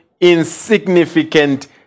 insignificant